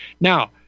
Now